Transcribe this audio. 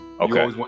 okay